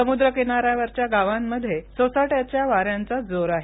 समुद्रकिनाऱ्यावरच्या गावांमध्ये सोसाव्याच्या वाऱ्यांचा जोर आहे